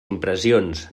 impressions